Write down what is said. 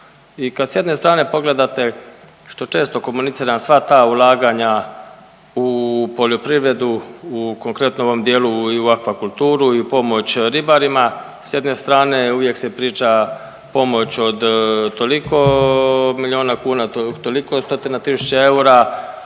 kad s jedne strane pogledate što često komuniciram sva ta ulaganja u poljoprivredu, u konkretno u ovom dijelu i u akvakulturu i u pomoć ribarima s jedne strane uvijek se priča pomoć od toliko miliona kuna, toliko stotina tisuća eura,